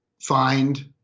find